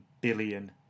billion